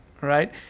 right